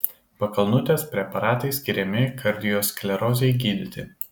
pakalnutės preparatai skiriami kardiosklerozei gydyti